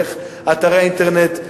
דרך אתרי האינטרנט.